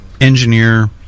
engineer